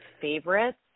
favorites